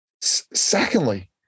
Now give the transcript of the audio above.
Secondly